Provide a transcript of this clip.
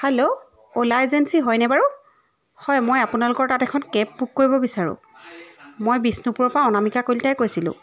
hello Ola agency হয়নে বাৰু হয় মই আপোনালোকৰ তাত এখন কেব বুক কৰিব বিচাৰোঁ মই বিষ্ণুপুৰৰ পৰা অনামিকা কলিতাই কৈছিলোঁ